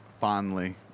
fondly